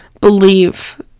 believe